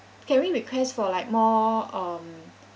can we request for like more um